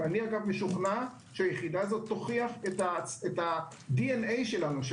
ואני משוכנע שהיא תוכיח את ה-DNA שלנו של